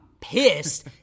pissed